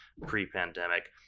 pre-pandemic